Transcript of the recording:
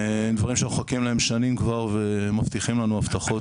דברים שאנחנו מחכים להם שנים כבר ומבטיחים לנו הבטחות.